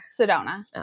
Sedona